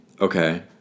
okay